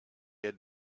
had